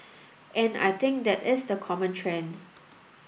and I think that is the common thread